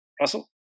Russell